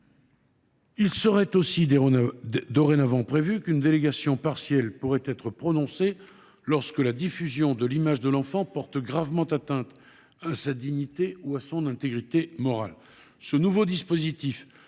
Il serait aussi dorénavant prévu qu’une délégation partielle pourrait être prononcée lorsque la diffusion de l’image de l’enfant porte gravement atteinte à sa dignité ou à son intégrité morale.